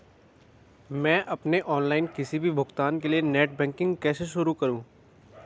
मैं अपने ऑनलाइन किसी भी भुगतान के लिए नेट बैंकिंग कैसे शुरु करूँ?